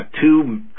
two